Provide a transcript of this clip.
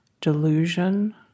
delusion